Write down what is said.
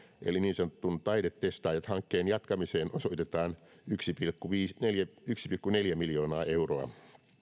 eli niin sanotun taidetestaajat hankkeen jatkamiseen osoitetaan yksi pilkku neljä miljoonaa euroa